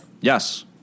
Yes